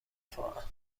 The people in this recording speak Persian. دفاعن